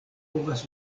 povas